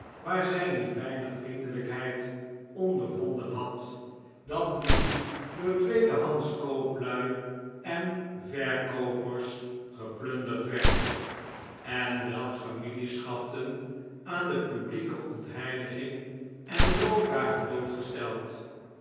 waar zij niet weinig vriendelijkheid ondervonden had dat nu door tweedehands kooplui en verkoopers geplunderd werd en welks familieschatten aan de publieke ontheiliging en roof waren blootgesteld